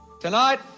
Tonight